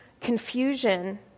confusion